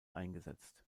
eingesetzt